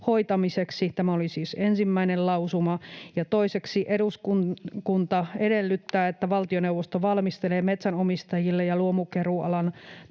hoitamiseksi” — tämä oli siis ensimmäinen lausuma. Ja toiseksi: ”Eduskunta edellyttää, että valtioneuvosto valmistelee metsänomistajille ja luomukeruualan